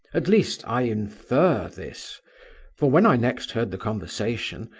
at least, i infer this for, when i next heard the conversation,